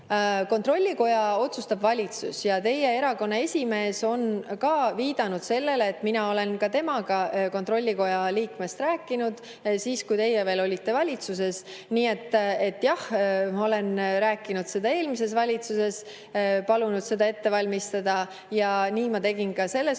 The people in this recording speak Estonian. Kontrollikoja [liikme] otsustab valitsus. Teie erakonna esimees on viidanud sellele, et mina olen ka temaga kontrollikoja liikmest rääkinud, siis kui teie veel olite valitsuses. Nii et jah, ma olen rääkinud seda eelmise valitsuse ajal, palunud seda ette valmistada, ja nii ma tegin ka selles valitsuses.